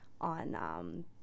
on